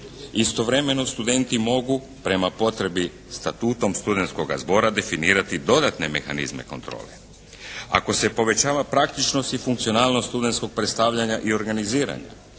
Istovremeno studenti mogu prema potrebi statutom studentskoga zbora definirati dodatne mehanizme kontrole. Ako se povećava praktičnost i funkcionalnost studentskog predstavljanja i organiziranja,